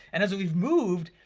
and as we've moved,